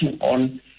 on